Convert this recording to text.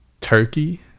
turkey